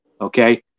Okay